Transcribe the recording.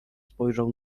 spojrzał